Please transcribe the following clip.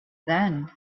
then